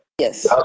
yes